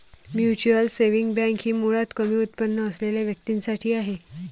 mutual saving bank ही मुळात कमी उत्पन्न असलेल्या व्यक्तीं साठी आहे